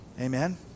Amen